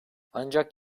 ancak